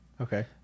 Okay